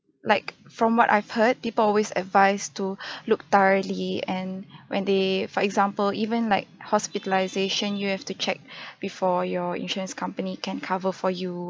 like from what I've heard people always advise to look thoroughly and when they for example even like hospitalisation you have to check before your insurance company can cover for you